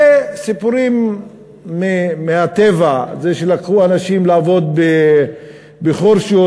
וסיפורים מהטבע: לקחו אנשים לעבוד בחורשות,